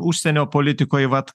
užsienio politikoj vat